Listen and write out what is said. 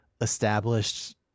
established